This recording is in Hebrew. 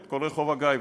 את כל רחוב הגיא,